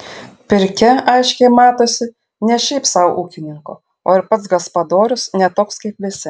pirkia aiškiai matosi ne šiaip sau ūkininko o ir pats gaspadorius ne toks kaip visi